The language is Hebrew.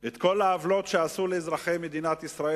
את כל העוולות שעשו לאזרחי מדינת ישראל